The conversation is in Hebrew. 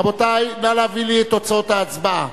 רבותי, נא להביא לי את תוצאות ההצבעה.